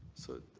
so